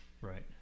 Right